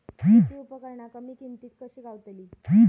शेती उपकरणा कमी किमतीत कशी गावतली?